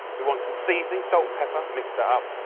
you want some seasoning. salt and pepper. mix that up.